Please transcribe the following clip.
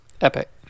epic